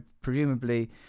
presumably